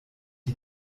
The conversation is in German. die